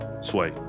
Sway